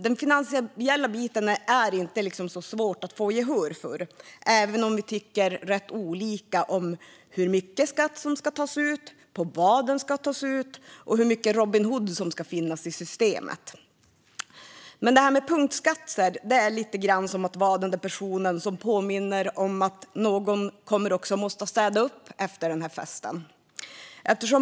Den finansiella biten är inte så svår att få gehör för, även om vi tycker rätt olika om hur mycket skatt som ska tas ut, på vad den ska tas ut och hur mycket Robin Hood det ska finnas i systemet. Men det här med punktskatter är lite som att vara den där personen som påminner om att någon kommer att behöva städa upp efter festen.